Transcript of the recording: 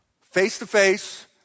face-to-face